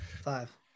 Five